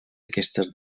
aquestes